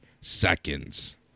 seconds